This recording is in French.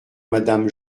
madame